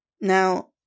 now